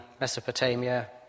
Mesopotamia